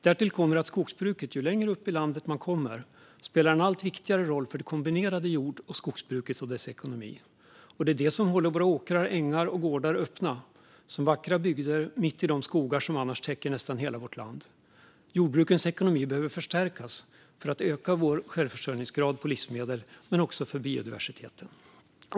Därtill kommer att skogsbruket ju längre upp i landet man kommer spelar en allt viktigare roll för det kombinerade jord och skogsbruket och dess ekonomi. Det är det som håller våra åkrar, ängar och gårdar öppna som vackra bygder mitt i de skogar som annars täcker nästan hela vårt land. Jordbrukens ekonomi behöver förstärkas för att öka vår självförsörjningsgrad på livsmedel men också för biodiversiteten.